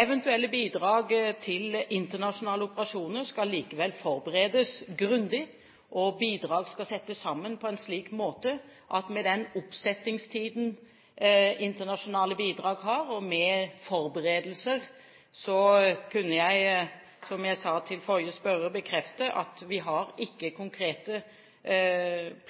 Eventuelle bidrag til internasjonale operasjoner skal likevel forberedes grundig, og bidrag skal settes sammen på en slik måte at med den oppsettingstiden internasjonale bidrag har, og med forberedelser, kunne jeg bekrefte overfor forrige spørrer at vi ikke har konkrete